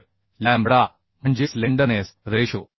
तर लॅम्बडा म्हणजे slenderness ratio